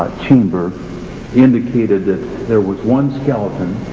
chamber indicated that there was one skeleton,